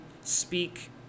speak